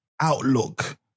outlook